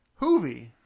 Hoovy